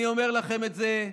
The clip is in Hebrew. אני אומר לכם את זה,